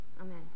Amen